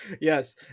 Yes